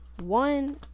One